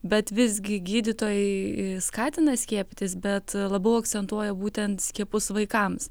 bet visgi gydytojai skatina skiepytis bet labiau akcentuoja būtent skiepus vaikams